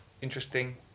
interesting